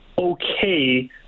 okay